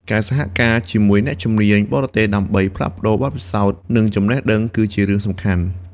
ការសហការជាមួយអ្នកជំនាញបរទេសដើម្បីផ្លាស់ប្តូរបទពិសោធន៍និងចំណេះដឹងគឺជារឿងសំខាន់។